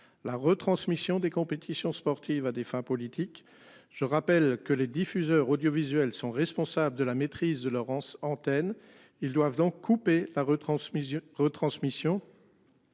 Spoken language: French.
la retransmission des compétitions sportives à des fins politiques. Je rappelle que les diffuseurs audiovisuels sont responsables de la maîtrise de Laurence antennes ils doivent donc coupé la retransmission